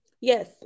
Yes